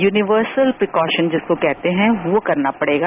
universal precaution जिसको कहते हैं वह करना पढ़ेगा